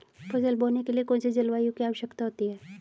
फसल बोने के लिए कौन सी जलवायु की आवश्यकता होती है?